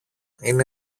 είναι